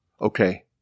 Okay